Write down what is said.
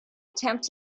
attempt